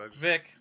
Vic